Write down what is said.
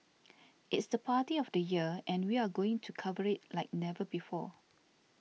it's the party of the year and we are going to cover it like never before